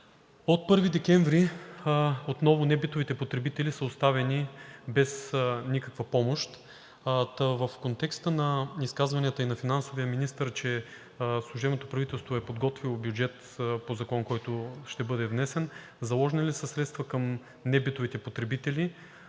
От 1 декември отново небитовите потребители са оставени без никаква помощ. Та в контекста на изказванията и на финансовия министър, че служебното правителство е подготвило бюджет по закон, който ще бъде внесен, заложени ли са средства към небитовите потребители,